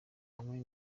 umwana